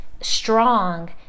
strong